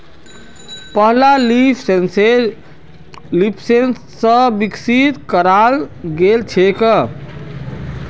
पहला leaf sensor leafsense स विकसित कराल गेल छेक